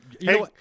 Hey